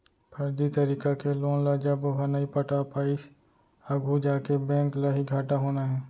फरजी तरीका के लोन ल जब ओहा नइ पटा पाइस आघू जाके बेंक ल ही घाटा होना हे